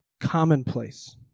commonplace